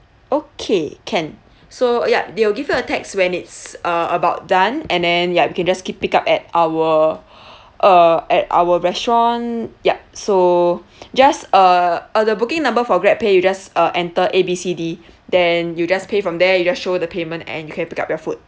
okay can so ya they will give you a text when it's uh about done and then ya you can just keep pick up at our uh at our restaurant yup so just uh uh the booking number for GrabPay you just uh enter A B C D then you just pay from there you just show the payment and you can pick up your food